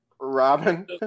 robin